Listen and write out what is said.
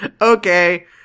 Okay